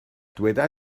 dyweda